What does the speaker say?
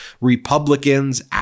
Republicans